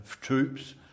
troops